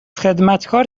خدمتکار